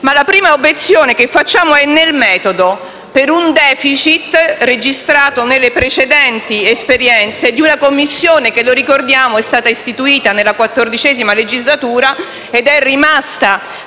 la prima obiezione che facciamo è nel metodo, per un *deficit* registrato nelle precedenti esperienze di una Commissione che è stata istituita nella XIV legislatura ed è rimasta